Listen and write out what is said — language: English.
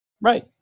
Right